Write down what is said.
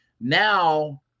Now